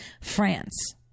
France